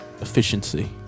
efficiency